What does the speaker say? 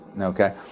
Okay